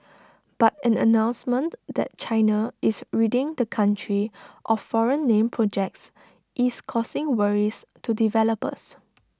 but an announcement that China is ridding the country of foreign name projects is causing worries to developers